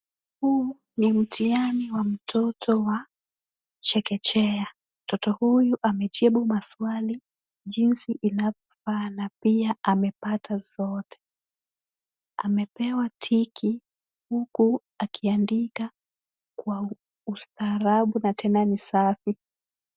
Huu ni mtihani wa mtoto wa chekechea. Mtoto huyu amejibu maswali jinsi inavyofaa na pia amepata zote. Amepewa tick huku akiandika kwa ustaarabu na tena ni safi.